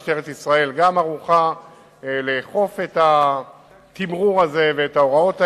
גם משטרת ישראל ערוכה לאכוף את התמרור הזה ואת ההוראות האלה,